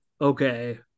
okay